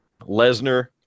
Lesnar